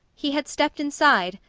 he had stepped inside,